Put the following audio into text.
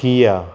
Kia